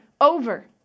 over